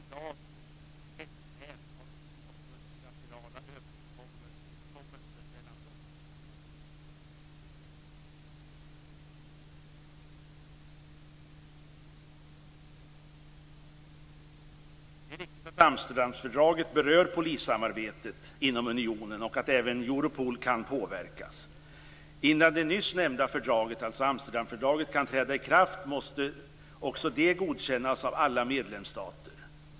Det är riktigt att Amsterdamfördraget berör polissamarbetet inom unionen, och att även Europol kan påverkas. Innan det nyss nämnda fördraget kan träda i kraft måste också det godkännas av alla medlemsstater.